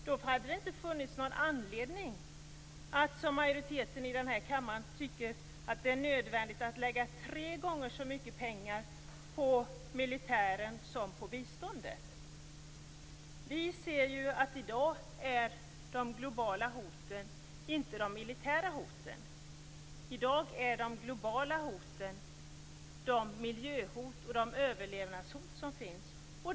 Då hade det inte funnits någon anledning att som majoriteten i denna kammare tycka att det är nödvändigt att lägga tre gånger så mycket pengar på militären som på biståndet. Vi ser att i dag är de globala hoten inte de militära hoten. I dag är de globala hoten de miljöhot och de överlevnadshot som finns.